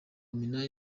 minani